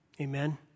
Amen